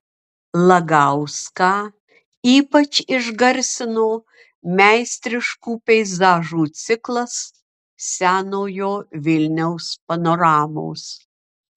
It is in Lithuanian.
lagauską ypač išgarsino meistriškų peizažų ciklas senojo vilniaus panoramos